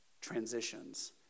Transitions